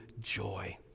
joy